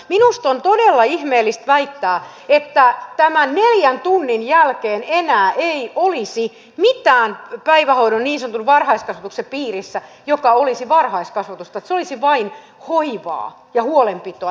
minusta on todella ihmeellistä väittää että tämän neljän tunnin jälkeen enää ei olisi mitään päivähoidon niin sanotun varhaiskasvatuksen piirissä joka olisi varhaiskasvatusta että se olisi vain hoivaa ja huolenpitoa